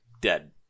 Dead